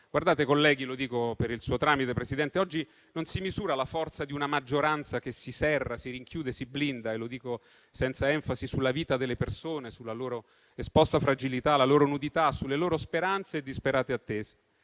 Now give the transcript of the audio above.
mi rivolgo a loro per il suo tramite, Presidente - oggi non si misura la forza di una maggioranza che si serra, si rinchiude e si blinda - e lo dico senza enfasi - sulla vita delle persone, sulla loro esposta fragilità, sulla loro nudità, sulle loro speranze e sulle loro disperate attese.